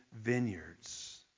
vineyards